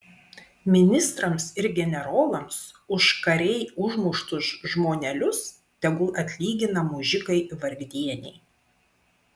ministrams ir generolams už karėj užmuštus žmonelius tegul atlygina mužikai vargdieniai